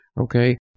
Okay